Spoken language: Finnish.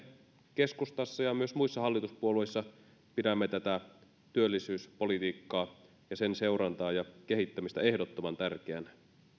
keskustassa ja myös muissa hallituspuolueissa pidämme tätä työllisyyspolitiikkaa ja sen seurantaa ja kehittämistä ehdottoman tärkeänä